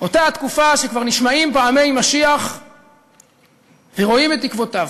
אותה התקופה שבה כבר נשמעים פעמי משיח ורואים את עקבותיו.